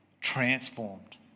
Transformed